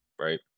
right